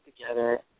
together